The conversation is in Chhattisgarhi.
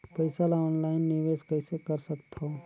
पईसा ल ऑनलाइन निवेश कइसे कर सकथव?